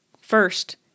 First